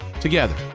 together